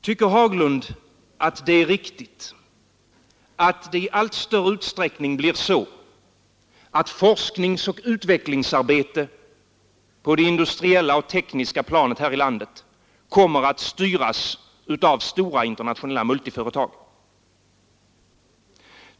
Tycker herr Haglund att det är riktigt att forskningsoch utvecklingsarbete på det industriella och tekniska planet här i landet i allt större utsträckning kommer att styras av stora multiföretag?